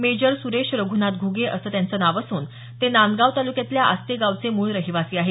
major Suresh Raghunath Ghuge असं त्यांचं नाव असून ते नांदगाव ताल्क्यातल्या आस्ते गावाचे मूळ रहिवासी आहेत